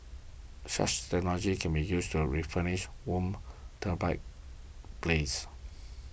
such technology can be used to refurbish worn turbine blades